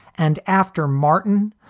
and after martin,